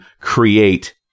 create